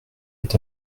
est